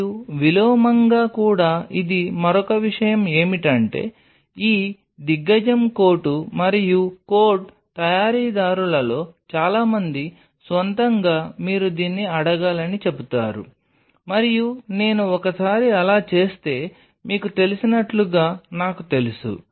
మరియు విలోమంగా కూడా ఇది మరొక విషయం ఏమిటంటే ఈ దిగ్గజం కోటు మరియు కోడ్ తయారీదారులలో చాలా మంది స్వంతంగా మీరు దీన్ని అడగాలని చెబుతారు మరియు నేను ఒకసారి అలా చేస్తే మీకు తెలిసినట్లుగా నాకు తెలుసు